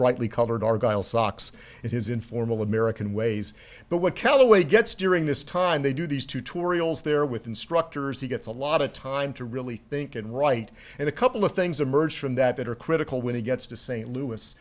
brightly colored argyle socks and his informal american ways but what calloway gets during this time they do these tutorials there with instructors he gets a lot of time to really think and write and a couple of things emerge from that that are critical when he gets to st louis